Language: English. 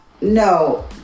No